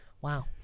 Wow